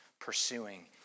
pursuing